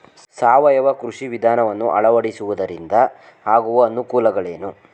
ಸಾವಯವ ಕೃಷಿ ವಿಧಾನವನ್ನು ಅಳವಡಿಸಿಕೊಳ್ಳುವುದರಿಂದ ಆಗುವ ಅನುಕೂಲಗಳೇನು?